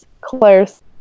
Claire's